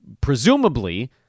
presumably